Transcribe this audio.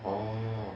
orh